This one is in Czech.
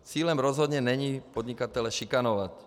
Cílem rozhodně není podnikatele šikanovat.